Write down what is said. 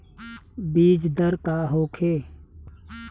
बीजदर का होखे?